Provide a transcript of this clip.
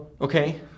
Okay